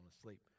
asleep